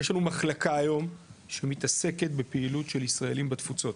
יש לנו מחלקה היום שמתעסקת בפעילות של ישראלים בתפוצות,